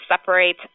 separate